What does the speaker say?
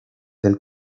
del